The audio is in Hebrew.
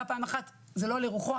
בא פעם אחת זה לא לרוחו,